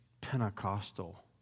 Pentecostal